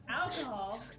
Alcohol